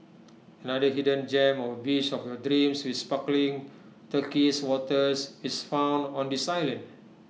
another hidden gem of A beach of your dreams with sparkling turquoise waters is found on this island